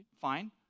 Fine